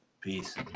Peace